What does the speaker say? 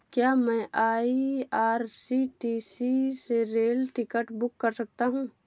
क्या मैं आई.आर.सी.टी.सी से रेल टिकट बुक कर सकता हूँ?